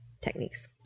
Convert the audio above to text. techniques